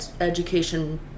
education